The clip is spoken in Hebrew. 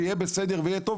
"יהיה בסדר" ו"יהיה טוב",